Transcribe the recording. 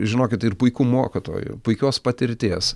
žinokit ir puikų mokytojų puikios patirties